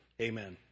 Amen